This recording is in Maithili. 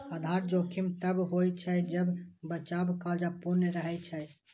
आधार जोखिम तब होइ छै, जब बचाव कार्य अपूर्ण रहै छै